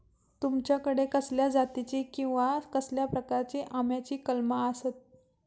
तुमच्याकडे कसल्या जातीची किवा कसल्या प्रकाराची आम्याची कलमा आसत?